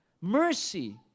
mercy